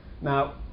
Now